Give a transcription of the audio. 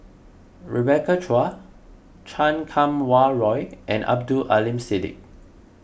Rebecca Chua Chan Kum Wah Roy and Abdul Aleem Siddique